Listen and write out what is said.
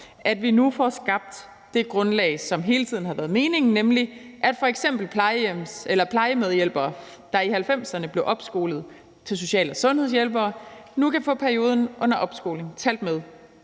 at vi nu får skabt det grundlag, som hele tiden har været meningen skulle være der, nemlig at f.eks. plejemedhjælpere, der i 1990'erne blev opskolet til social- og sundhedshjælpere, nu kan få perioden under opskoling talt med,